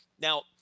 Now